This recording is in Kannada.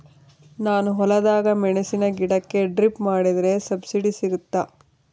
ನಾನು ಹೊಲದಾಗ ಮೆಣಸಿನ ಗಿಡಕ್ಕೆ ಡ್ರಿಪ್ ಮಾಡಿದ್ರೆ ಸಬ್ಸಿಡಿ ಸಿಗುತ್ತಾ?